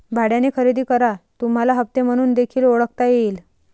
भाड्याने खरेदी करा तुम्हाला हप्ते म्हणून देखील ओळखता येईल